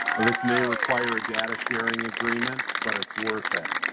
this may require a data sharing agreement, but it's worth it.